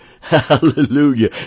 Hallelujah